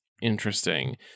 interesting